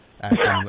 Acting